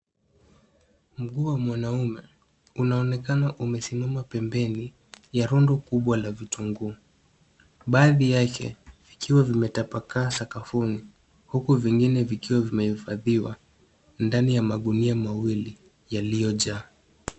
Mguu wa mwanaume unaonekana umesimama pembeni ya rundo kubwa la vitunguu. Baadhi yake vikiwa vimetapakaa sakafuni huku vingine vikiwa vimehifadhiwa ndani ya magunia mawili yaliyo jaa.